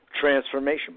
transformation